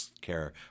care